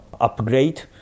upgrade